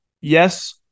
Yes